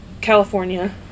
California